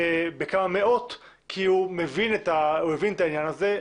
בכמה מאות כי הוא הבין את העניין הזה,